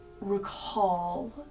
recall